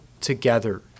together